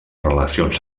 relacions